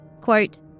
Quote